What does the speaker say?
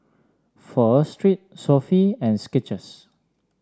Pho Street Sofy and Skechers